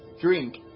Drink